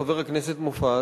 חבר הכנסת מופז,